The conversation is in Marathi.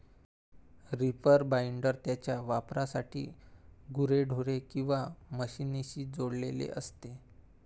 रीपर बाइंडर त्याच्या वापरासाठी गुरेढोरे किंवा मशीनशी जोडलेले असते